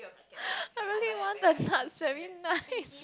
I really want the nuts very nice